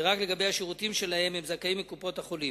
ורק לגבי השירותים שלהם הם זכאים מקופות-החולים.